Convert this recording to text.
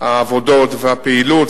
העבודות והפעילות,